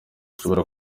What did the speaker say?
ushobora